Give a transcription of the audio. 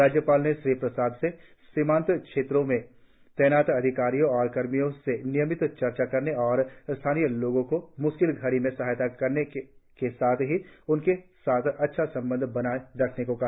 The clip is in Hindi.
राज्यपाल ने श्री प्रसाद से सीमांत इलाकों में तैनात अधिकारियों और कर्मियों से नियमित चर्चा करने और स्थानीय लोगों को म्श्किल घड़ी में सहायता करने के साथ ही उनके साथ अच्छा संबंध बनाए रखने को कहा